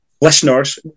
listeners